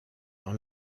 dans